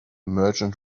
merchant